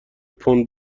پوند